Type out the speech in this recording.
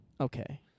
Okay